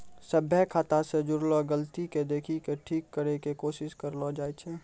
सभ्भे खाता से जुड़लो गलती के देखि के ठीक करै के कोशिश करलो जाय छै